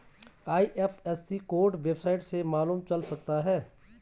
IFSC code website से मालूम चल सकता है